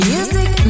Music